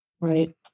Right